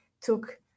took